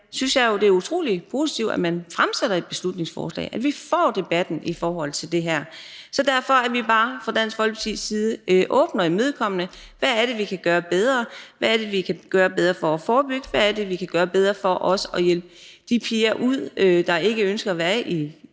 synes jeg jo, det er utrolig positivt, at man fremsætter et beslutningsforslag, og at vi får debatten i forhold til det her. Så derfor er vi bare fra Dansk Folkepartis side åbne og imødekommende over for, hvad det er, vi kan gøre bedre. Hvad er det, vi kan gøre bedre for at forebygge? Hvad er det, vi kan gør bedre for også at hjælpe de piger ud, der ikke længere ønsker at være i